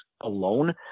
alone